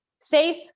safe